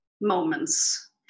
moments